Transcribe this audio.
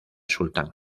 sultán